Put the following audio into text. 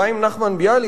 חיים נחמן ביאליק,